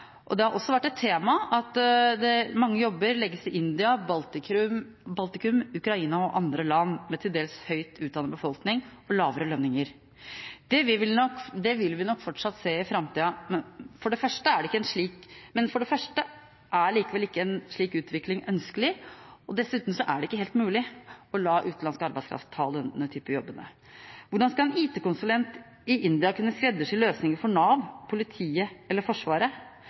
Det har også vært et tema at mange jobber legges til India, Baltikum, Ukraina og andre land med en til dels høyt utdannet befolkning og lavere lønninger. Det vil vi nok fortsatt se i framtida. Men for det første er ikke en slik utvikling ønskelig, og dessuten er det ikke fullt ut mulig å la utenlandsk arbeidskraft ta disse jobbene. Hvordan skal en IT-konsulent i India kunne skreddersy løsninger for Nav, politiet eller Forsvaret?